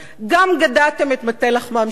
גם גדעתם את מטה לחמם של עובדים,